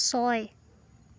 ছয়